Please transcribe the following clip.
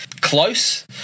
close